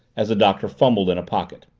as the doctor fumbled in a pocket.